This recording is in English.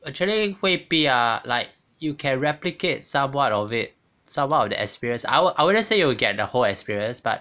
actually 未必 ah like you can replicate somewhat of it somewhat of the experience I would I wouldn't say you will get the whole experience but